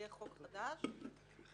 יהיה חוק חדש ו-10,000